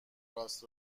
راست